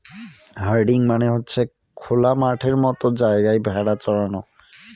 herding মানে হচ্ছে খোলা মাঠের মতো জায়গায় ভেড়া চরানো